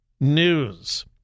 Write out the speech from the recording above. news